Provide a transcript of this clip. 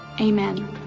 amen